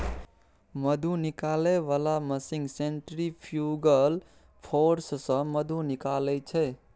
मधु निकालै बला machine centrifugal force सँ मधु निकालै छै